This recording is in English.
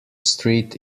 street